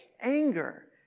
Anger